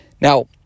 Now